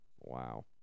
Wow